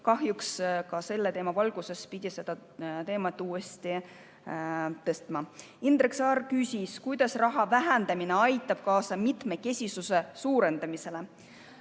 Kahjuks pidi ka selle teema valguses seda teemat uuesti tõstatama. Indrek Saar küsis, kuidas raha vähendamine aitab kaasa mitmekesisuse suurendamisele.